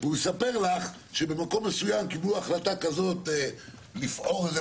הוא יספר לך שבמקום מסוים קיבלו החלטה כזאת לפעור איזה